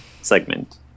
segment